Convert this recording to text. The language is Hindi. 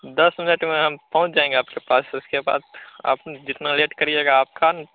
दस मिनट में हम पहुँच जाएँगे आपके पास उसके बाद आप जितना लेट करिएगा आपका